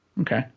Okay